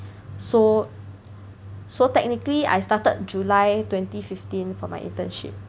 so so technically I started july twenty fifteen for my internship